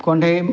କଣ୍ଢେଇ